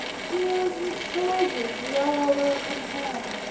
heroes and soldiers we all will come home